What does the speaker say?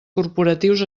corporatius